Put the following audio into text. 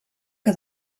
que